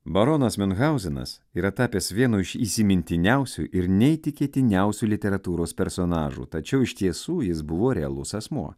baronas miunhauzenas yra tapęs vienu iš įsimintiniausių ir neįtikėtiniausių literatūros personažų tačiau iš tiesų jis buvo realus asmuo